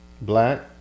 black